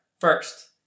First